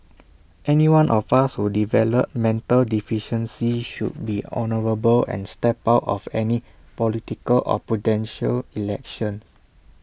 anyone of us who develop mental deficiency should be honourable and step out of any political or Presidential Election